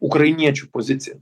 ukrainiečių poziciją